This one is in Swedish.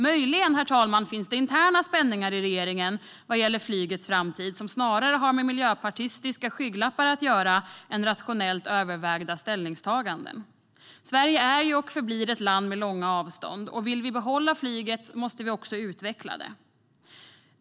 Möjligen, herr talman, finns det interna spänningar i regeringen gällande flygets framtid som snarare har med miljöpartistiska skygglappar att göra än rationellt övervägda ställningstaganden. Sverige är och förblir ett land med långa avstånd, och om vi vill behålla flyget måste vi utveckla det.